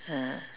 ah